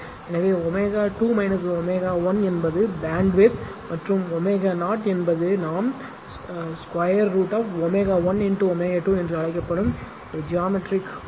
எனவே ω2 ω 1 என்பது பேண்ட்வித் மற்றும் ω0 என்பது நாம் √ ω 1 ω2 என்று அழைக்கப்படும் ஜாமெட்ரிக் பொருள்